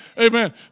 Amen